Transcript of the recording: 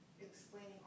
explaining